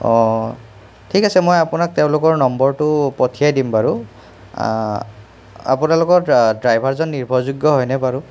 ঠিক আছে মই আপোনাক তেওঁলোকৰ নম্বৰটো পঠিয়াই দিম বাৰু আপোনালোকৰ ড্ৰাইভাৰজন নিৰ্ভৰযোগ্য হয়নে বাৰু